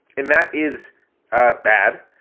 and that is ah bad.